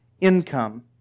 income